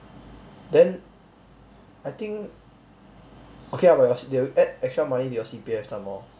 then I think okay ah but yours they will add extra money into your C_P_F some more